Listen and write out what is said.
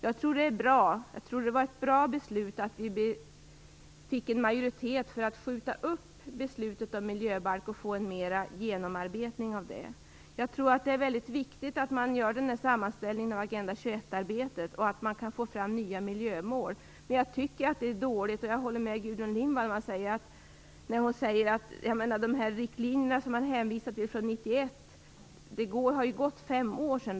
Jag tror att det var bra att vi fick en majoritet för att skjuta upp beslutet om miljöbalk för att få en bättre genomarbetning. Jag tror att det är väldigt viktigt att man gör sammanställningen av Agenda 21-arbetet och att man kan få fram nya miljömål. Jag håller med Gudrun Lindvall när hon säger att det ju faktiskt har gått fem år sedan de riktlinjer man hänvisar till kom, alltså 1991.